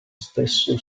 stesso